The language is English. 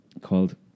called